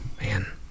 Man